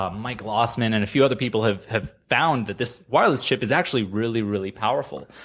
um mike glossman, and a few other people, have have found that this wireless chip is actually really, really powerful,